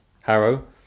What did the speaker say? Harrow